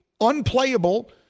unplayable